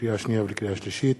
לקריאה שנייה ולקריאה שלישית,